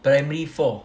primary four